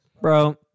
Bro